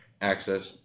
Access